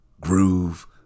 groove